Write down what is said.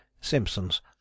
simpsons